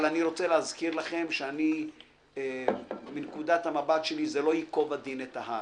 אבל אני רוצה להזכיר לכם שמנקודת המבט שלי זה לא ייקוב הדין את ההר,